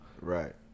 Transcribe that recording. Right